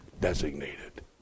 designated